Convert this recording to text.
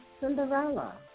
Cinderella